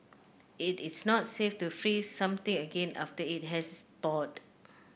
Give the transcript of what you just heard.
it is not safe to freeze something again after it has thawed